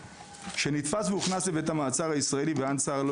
כשנתפס והוכנס לבית המעצר הישראלי באנצאר לא